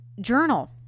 journal